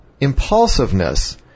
Impulsiveness